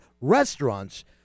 restaurants